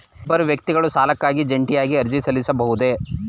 ಇಬ್ಬರು ವ್ಯಕ್ತಿಗಳು ಸಾಲಕ್ಕಾಗಿ ಜಂಟಿಯಾಗಿ ಅರ್ಜಿ ಸಲ್ಲಿಸಬಹುದೇ?